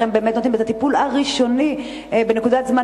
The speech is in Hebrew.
הם באמת נותנים את הטיפול הראשוני בנקודת הזמן